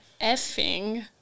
effing